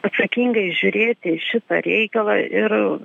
atsakingai žiūrėti į šitą reikalą ir